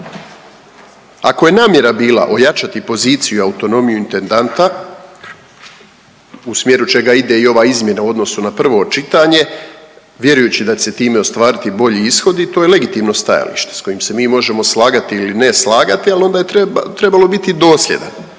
Ako je namjera bila ojačati poziciju i autonomiju intendanta u smjeru čega ide i ova izmjena u odnosu na prvo čitanje, vjerujući da će se time ostvariti bolji ishodi, to je legitimno stajalište s kojim se mi možemo slagati ili ne slagati, ali onda je trebalo biti dosljedan.